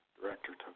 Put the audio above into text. director